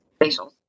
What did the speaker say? facials